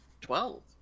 Twelve